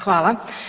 Hvala.